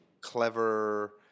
clever